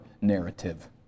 narrative